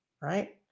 right